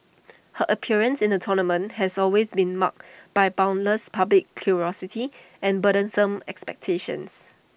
her appearance in the tournament has always been marked by boundless public curiosity and burdensome expectations